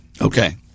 Okay